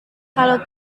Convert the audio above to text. kalau